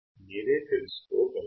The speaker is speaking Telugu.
మీరే తెలుసుకోగలరు